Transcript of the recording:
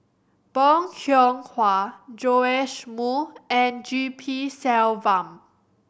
Bong Hiong Hwa Joash Moo and G P Selvam